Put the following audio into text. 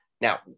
Now